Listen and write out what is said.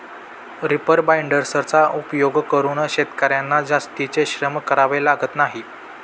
reaper बाइंडर्सचा उपयोग करून शेतकर्यांना जास्तीचे श्रम करावे लागत नाही